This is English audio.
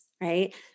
right